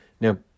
now